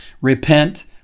repent